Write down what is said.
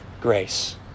grace